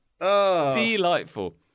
Delightful